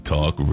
Talk